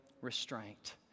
restraint